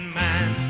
man